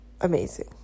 amazing